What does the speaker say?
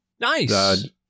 Nice